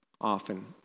often